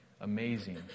amazing